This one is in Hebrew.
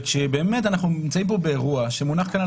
אנחנו נמצאים כאן באירוע שמונחים כאן על